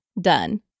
done